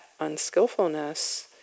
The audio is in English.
unskillfulness